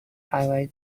highway